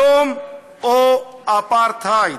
שלום או אפרטהייד.